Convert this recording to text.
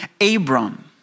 Abram